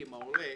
עם ההורה,